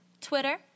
Twitter